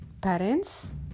parents